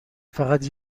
فقط